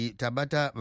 tabata